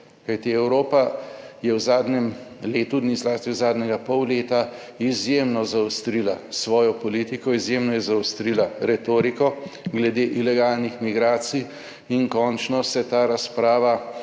(nadaljevanje) zadnjem letu dni, zlasti v zadnjega pol leta izjemno zaostrila svojo politiko, izjemno je zaostrila retoriko glede ilegalnih migracij in končno se ta razprava